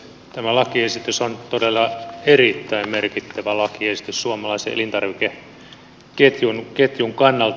tämä lakiesitys on todella erittäin merkittävä lakiesitys suomalaisen elintarvikeketjun kannalta